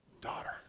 daughter